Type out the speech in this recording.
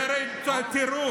זה הרי טירוף.